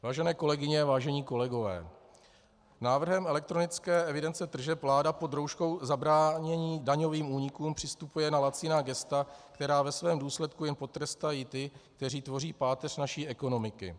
Vážené kolegyně, vážení kolegové, návrhem elektronické evidence tržeb vláda pod rouškou zabránění daňovým únikům přistupuje na laciná gesta, která ve svém důsledku jen potrestají ty, kteří tvoří páteř naší ekonomiky.